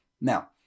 Now